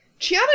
Chiana